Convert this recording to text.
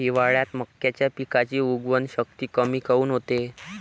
हिवाळ्यात मक्याच्या पिकाची उगवन शक्ती कमी काऊन होते?